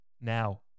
now